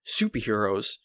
superheroes